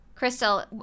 Crystal